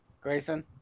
Grayson